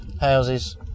houses